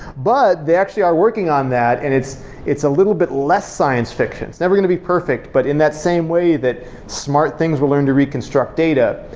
but they actually are working on that and it's it's a little bit less science fiction. it's never going to be perfect, but in that same way that smart things will learn to reconstruct data.